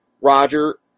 Roger